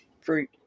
fruit